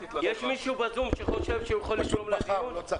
מישהו בזום שחושב שהוא יכול לתרום לדיון?